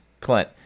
clint